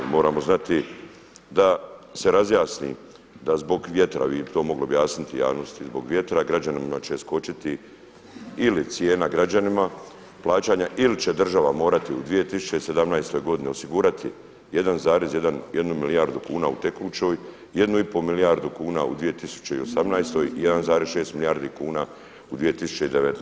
Moramo znati da se razjasni, da zbog vjetra i to mogu objasniti javnosti zbog vjetra građanima će skočiti ili cijena građanima plaćanja ili će država morati u 2017. godini osigurati 1,1 milijardu u tekućoj, 1 i pol milijardu kuna u 2018., 1,6 milijardi kuna u 2019.